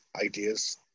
ideas